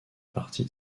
partie